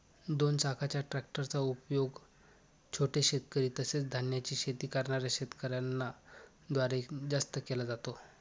दोन चाकाच्या ट्रॅक्टर चा उपयोग छोटे शेतकरी, तसेच धान्याची शेती करणाऱ्या शेतकऱ्यांन द्वारे जास्त केला जातो